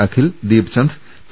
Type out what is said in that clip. Akhil Deepchand T